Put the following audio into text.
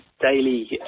daily